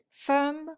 firm